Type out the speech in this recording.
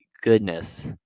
goodness